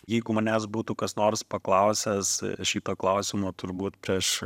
jeigu manęs būtų kas nors paklausęs šito klausimo turbūt aš